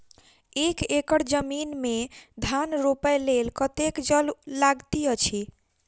एक एकड़ जमीन मे धान रोपय लेल कतेक जल लागति अछि?